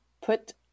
Put